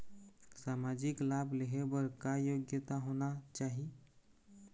सामाजिक लाभ लेहे बर का योग्यता होना चाही?